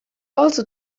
also